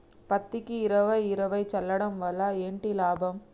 పత్తికి ఇరవై ఇరవై చల్లడం వల్ల ఏంటి లాభం?